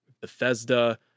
Bethesda